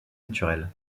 naturelles